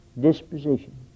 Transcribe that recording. Disposition